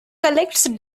collects